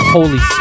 Holy